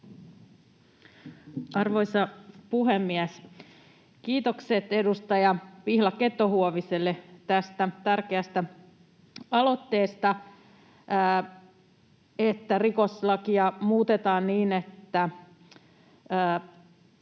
Arvoisa puhemies! Kiitokset edustaja Pihla Keto-Huoviselle tästä tärkeästä aloitteesta, että rikoslakia muutetaan niin, että